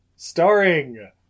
Starring